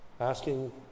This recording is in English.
asking